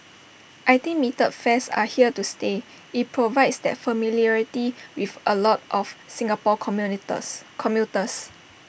I think metered fares are here to stay IT provides that familiarity with A lot of Singapore communities commuters